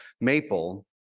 maple